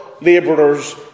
laborers